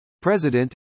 President